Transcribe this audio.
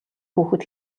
хүүхэд